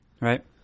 right